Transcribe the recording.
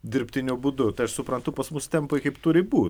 dirbtiniu būdu tai aš suprantu pas mus tempai kaip turi būt